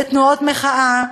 ותנועות מחאה,